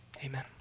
Amen